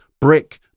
brick